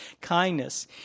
Kindness